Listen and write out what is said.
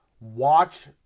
watch